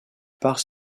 part